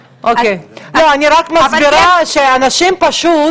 אוקיי, אני רק מסבירה שאנשים פשוט